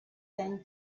than